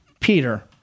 Peter